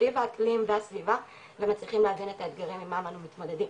סביב האקלים והסביבה ומצליחים להבין את האתגרים עימם אנו מתמודדים.